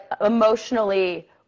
emotionally